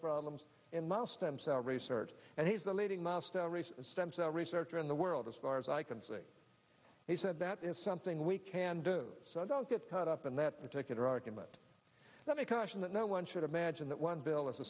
problems in mouse stem cell research and he's the leading milestone stem cell research in the world as far as i can see he said that is something we can do so i don't get caught up in that particular argument let me caution that no one should imagine that one bill is a